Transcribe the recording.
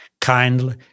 kindly